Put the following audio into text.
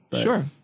Sure